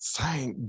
Thank